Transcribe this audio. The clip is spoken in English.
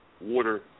water